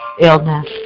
Illness